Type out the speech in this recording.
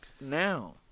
now